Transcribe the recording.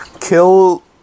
Kill